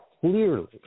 clearly